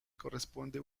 corresponde